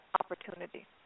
opportunity